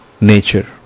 nature